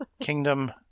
kingdom